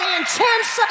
intense